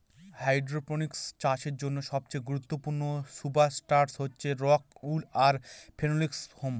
hydroponics চাষের জন্য সবচেয়ে গুরুত্বপূর্ণ সুবস্ট্রাটাস হচ্ছে রক উল আর ফেনোলিক ফোম